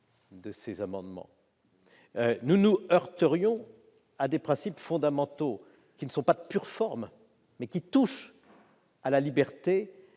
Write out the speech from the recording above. ces amendements se heurtent à des principes fondamentaux, qui ne sont pas de pure forme et touchent à la liberté